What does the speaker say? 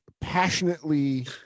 passionately